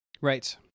Right